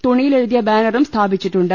തുണിയിലെഴുതിയ ബാനറും സ്ഥാപിച്ചിട്ടുണ്ട്